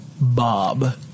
Bob